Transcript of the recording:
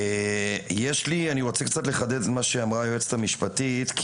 אני רוצה לחדד קצת את מה שאמרה היועצת המשפטית,